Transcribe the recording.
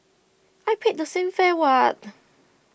I paid the same fare what